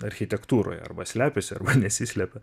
architektūroje arba slepiasi nesislepia